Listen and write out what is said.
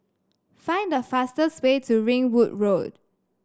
find the fastest way to Ringwood Road